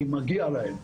כי מגיע להן,